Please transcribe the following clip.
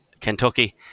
Kentucky